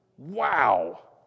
Wow